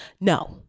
No